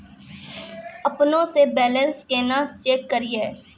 अपनों से बैलेंस केना चेक करियै?